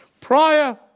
Prior